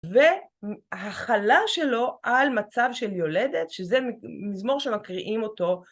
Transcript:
והכלה שלו על מצב של יולדת, שזה מזמור שמקריאים אותו